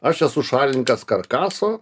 aš esu šalininkas karkaso